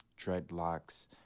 dreadlocks